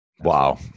Wow